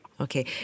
Okay